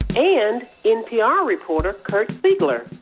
and npr reporter kirk siegler.